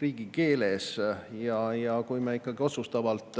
riigikeeles. Ja kui me ikkagi otsustavalt